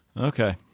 Okay